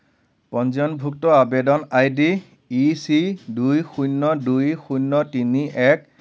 পঞ্জীয়নভুক্ত আবেদন I D E C দুই শূণ্য দুই শূণ্য তিনি এক